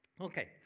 Okay